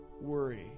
worry